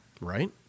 Right